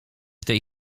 tej